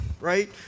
right